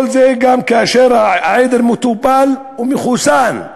כל זה, גם כאשר העדר מטופל ומחוסן,